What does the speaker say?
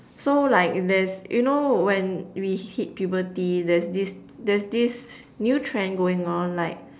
so like there's you know when we hit puberty there's this there's this new trend going on like